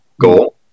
goal